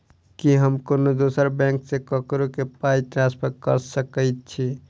की हम कोनो दोसर बैंक सँ ककरो केँ पाई ट्रांसफर कर सकइत छि?